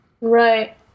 right